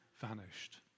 vanished